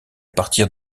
partir